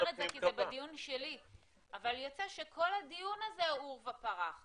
את זה כי זה בדיון שלי אבל יוצא שכל הדיון הזה הוא עורבא פרח.